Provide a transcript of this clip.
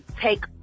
take